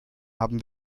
haben